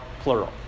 plural